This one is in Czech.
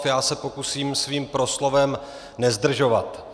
Já se pokusím svým proslovem nezdržovat.